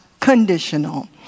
conditional